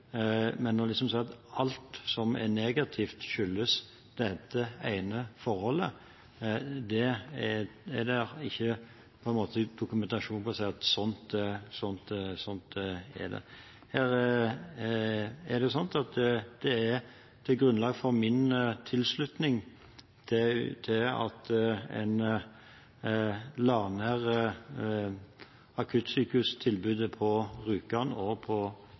Men liksom å si at alt som er negativt, skyldes dette ene forholdet, er det ikke dokumentasjon for. Grunnlaget for min tilslutning til at en la ned akuttsykehustilbudet på Rjukan og